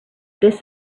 this